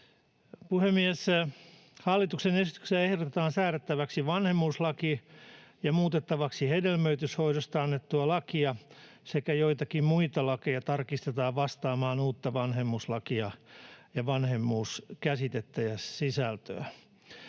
Puhemies! Hallituksen esityksessä ehdotetaan säädettäväksi vanhemmuuslaki sekä muutettavaksi hedelmöityshoidosta annettua lakia, ja joitakin muita lakeja tarkistetaan vastaamaan uutta vanhemmuuslakia sekä vanhemmuuskäsitettä ja sen sisältöä.